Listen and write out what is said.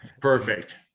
Perfect